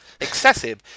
excessive